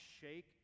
shake